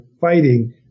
fighting